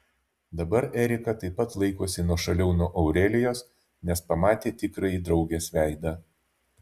dabar erika taip pat laikosi nuošaliau nuo aurelijos nes pamatė tikrąjį draugės veidą